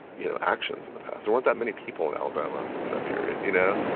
you know, actions in the past. there weren't that many people in alabama in that period, you know?